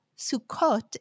sukkot